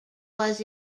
was